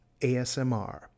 ASMR